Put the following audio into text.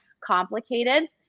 complicated